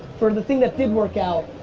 for the thing that did work out,